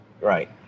Right